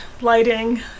lighting